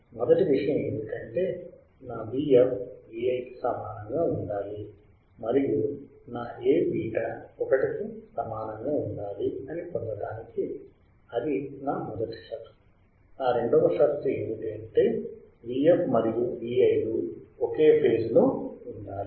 మొదటి విషయం ఏమిటంటే నా Vf Vi కి సమానంగా ఉండాలి మరియు నా Aβ 1 కి సమానంగా ఉండాలి అని పొందడానికి అది నా మొదటి షరతు నా రెండవ షరతు ఏమిటంటే Vf మరియు Vi లు ఒకే ఫేజ్ లో ఉండాలి